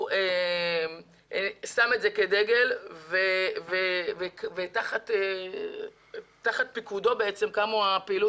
הוא שם את זה כדגל ותחת פיקודו קמה הפעילות